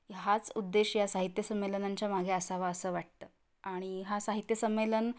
हाच उद्देश या साहित्य संमेलनांच्या मागे असावा असं वाटतं आणि हा साहित्य संमेलन